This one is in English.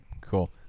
Cool